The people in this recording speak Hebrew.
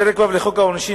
פרק ו' לחוק העונשין,